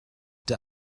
der